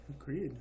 agreed